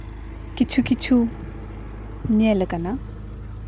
ᱠᱤᱪᱷᱩ ᱠᱤᱪᱷᱩ ᱧᱮᱞ ᱠᱟᱱᱟ